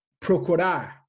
procurar